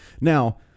Now